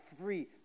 free